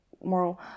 more